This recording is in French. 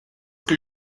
que